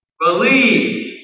believe